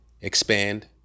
expand